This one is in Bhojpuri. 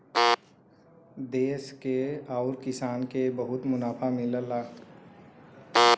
देस के आउर किसान के बहुते मुनाफा मिलला